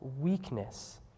weakness